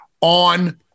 on